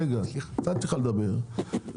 נתתי לך לדבר,